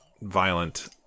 violent